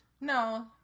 No